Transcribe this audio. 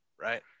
right